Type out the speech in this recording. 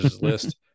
list